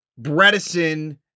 Bredesen